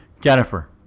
Jennifer